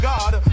God